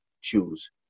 Choose